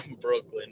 Brooklyn